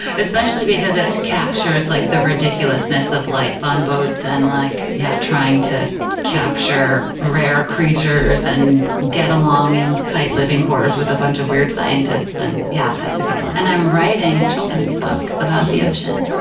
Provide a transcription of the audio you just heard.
especially because it captures like the ridiculousness of life on boats and like yeah trying to capture rare creatures and get along in tight living quarters with a bunch of weird scientists. and yeah, that's a good one. and i'm writing a children's book about the ocean.